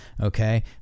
Okay